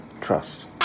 trust